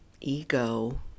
ego